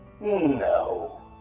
No